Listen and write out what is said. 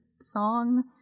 song –